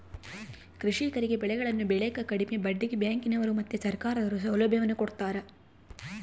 ಕೃಷಿಕರಿಗೆ ಬೆಳೆಗಳನ್ನು ಬೆಳೆಕ ಕಡಿಮೆ ಬಡ್ಡಿಗೆ ಬ್ಯಾಂಕಿನವರು ಮತ್ತೆ ಸರ್ಕಾರದವರು ಸೌಲಭ್ಯವನ್ನು ಕೊಡ್ತಾರ